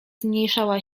zmniejszała